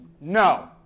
No